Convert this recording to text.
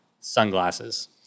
sunglasses